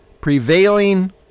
Prevailing